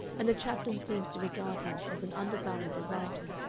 and the chaplain seems to regard him as an undesirable writer.